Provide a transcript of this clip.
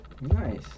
Nice